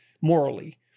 morally